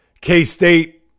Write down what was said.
K-State